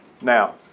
Now